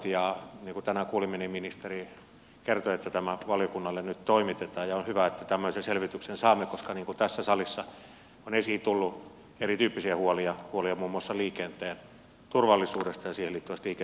ja niin kuin tänään kuulimme ministeri kertoi että tämä valiokunnalle nyt toimitetaan ja on hyvä että tämmöisen selvityksen saamme koska tässä salissa on esiin tullut erityyppisiä huolia muun muassa liikenteen turvallisuudesta ja siihen liittyvästä liikennevalvonnasta